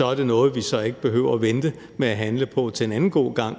er det noget, vi så ikke behøver at vente med at handle på til en anden god gang,